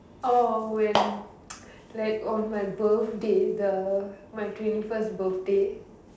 orh when like on my birthday the my twenty first birthday